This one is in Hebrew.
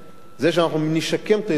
זה שאנחנו נשקם את האזור הזה,